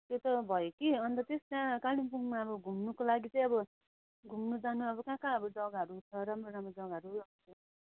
त्यो त भयो कि अन्त त्यसमा कालिम्पोङमा अब घुम्नुको लागि चाहिँ अब घुम्नु जानु अब कहाँ कहाँ जग्गाहरू छ राम्रो राम्रो जग्गाहरू